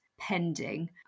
pending